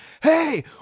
hey